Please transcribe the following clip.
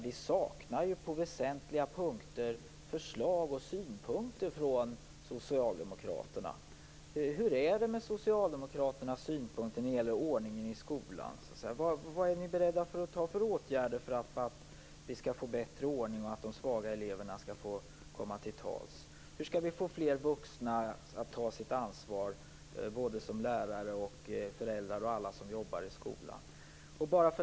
Vi saknar på väsentliga punkter förslag och synpunkter från socialdemokraterna. Hur är det med socialdemokraternas synpunkter på ordningen i skolan? Vilka åtgärder är ni beredda att vidta för att vi skall få bättre ordning och för att de svaga eleverna skall få komma till tals? Hur skall vi få fler vuxna att ta sitt ansvar som lärare, föräldrar och annan skolpersonal?